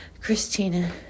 Christina